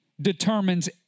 determines